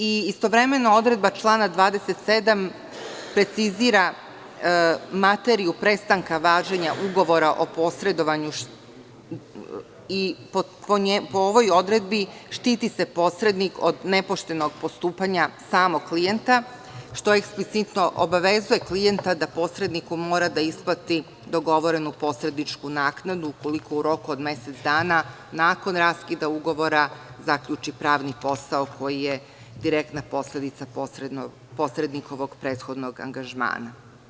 Istovremeno, odredba člana 27. precizira materiju prestanka važenja ugovora o posredovanju i po ovoj odredbi štiti se posrednik od nepoštenog postupanja samog klijenta, što eksplicitno obavezuje klijenta da posredniku mora da isplati dogovorenu posredničku naknadu ukoliko u roku od mesec dana nakon raskida ugovora zaključi pravni posao koji je direktna posledica posrednikovog prethodnog angažmana.